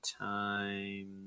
time